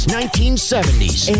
1970s